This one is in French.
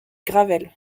gravelle